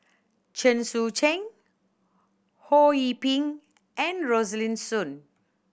Chen Sucheng Ho Yee Ping and Rosaline Soon